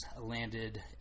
landed